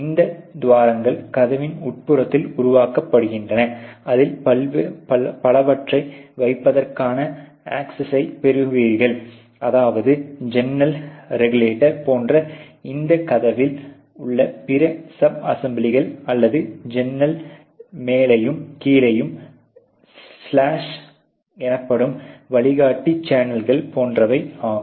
இந்த துவாரங்கள் கதவின் உட்புறத்தில் உருவாக்கப்படுகின்றன அதில் பலவற்றை வைப்பதற்கான அக்சஸைப் பெறுவீர்கள் அதாவது ஜன்னல் ரெகுலேட்டர் போன்ற இந்த கதவில் உள்ள பிற சப் அசெம்பிலிகள் அல்லது ஜன்னல் மேலயும் கீழேயும் செல்லக் கூடிய ஸ்லாஸ் எனப்படும் வழிகாட்டி சேனலைகள் போன்றவை ஆகும்